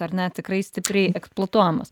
ar ne tikrai stipriai eksploatuojamas